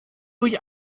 durch